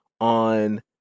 on